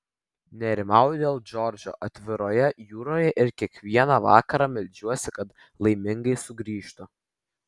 nerimauju dėl džordžo atviroje jūroje ir kiekvieną vakarą meldžiuosi kad laimingai sugrįžtų